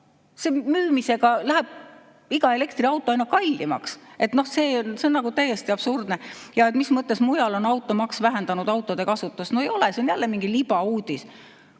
Müümisega läheb elektriauto aina kallimaks. See on täiesti absurdne. Mis mõttes on mujal automaks vähendanud autode kasutust? No ei ole! See on jälle mingi libauudis.